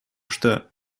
что